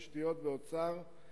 התשתיות והאוצר,